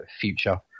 Future